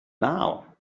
now